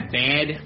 bad